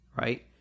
right